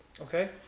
Okay